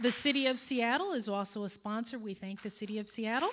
the city of seattle is also a sponsor we thank the city of seattle